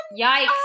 Yikes